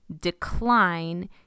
decline